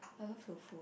I love tofu